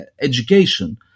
education